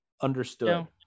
Understood